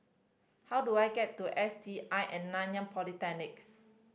how do I get to S T I and Nanyang Polytechnic